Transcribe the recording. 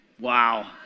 Wow